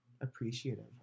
appreciative